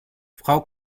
frau